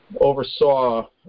oversaw